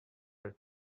her